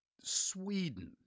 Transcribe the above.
Sweden